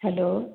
hello